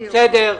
בסדר.